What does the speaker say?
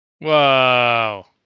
Whoa